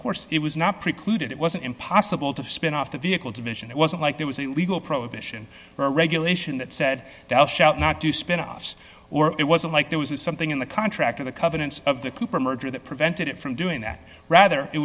course it was not precluded it wasn't impossible to spin off the vehicle division it wasn't like there was a legal prohibition or regulation that said thou shalt not do spinoffs or it wasn't like there was something in the contract of the covenants of the cooper merger that prevented it from doing that rather it